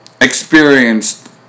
experienced